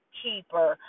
keeper